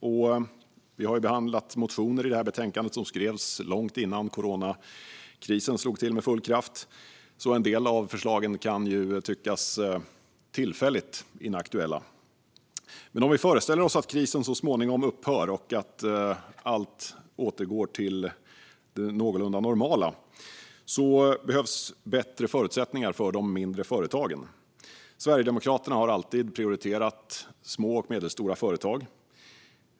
I betänkandet behandlas motioner som skrevs långt innan coronakrisen slog till med full kraft, så en del av förslagen kan tyckas tillfälligt inaktuella. Men när krisen så småningom upphör och allt återgår till det någorlunda normala behövs bättre förutsättningar för de mindre företagen. Sverigedemokraterna har alltid prioriterat små och medelstora företag.